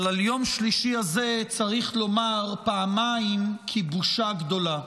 אבל על יום שלישי הזה צריך לומר: פעמיים כי בושה גדולה.